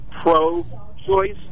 pro-choice